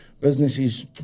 businesses